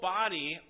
body